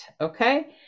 okay